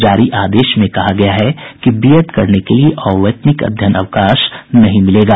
जारी आदेश में कहा गया है कि बीएड करने के लिए अवैतनिक अध्ययन अवकाश नहीं मिलेगा